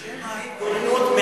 בשם ההתגוננות,